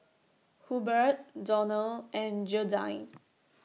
Hubert Donald and Gearldine